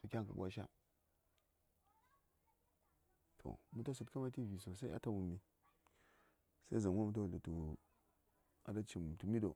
Tukyan kə ɓwasha? To, mə ta cèt kaman tə vi: sosai a ta wummi. Sai a ta wullum tu to, a ta cim tu mi ɗo?